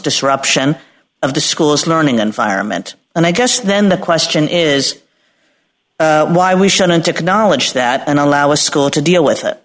disruption of the school's learning environment and i guess then the question is why we shouldn't acknowledge that and allow a school to deal with it